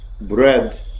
bread